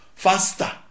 faster